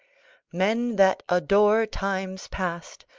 men that adore times past,